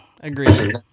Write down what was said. Agreed